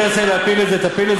אם תרצה להפיל את זה, תפיל את זה.